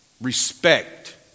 respect